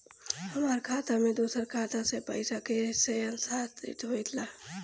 हमार खाता में दूसर खाता से पइसा कइसे स्थानांतरित होखे ला?